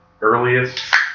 earliest